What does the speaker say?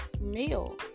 meal